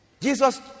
Jesus